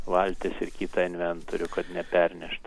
valtis ir kitą inventorių kad nepernešt